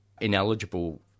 ineligible